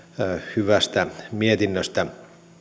hyvästä mietinnöstä